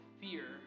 fear